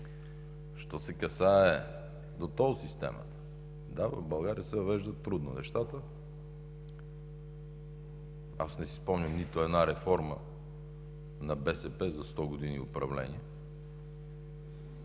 що се касае до тол системата – да, в България се въвеждат трудно нещата. Аз не си спомням нито една реформа на БСП за сто години управление.